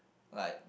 like